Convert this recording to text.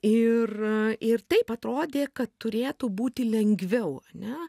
ir ir taip atrodė kad turėtų būti lengviau ane